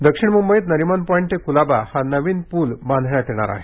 पूल दक्षिण मुंबईत नरिमन पॉईंट ते कुलाबा हा नवीन पूल बांधण्यात येणार आहे